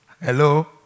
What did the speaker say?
Hello